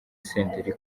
senderi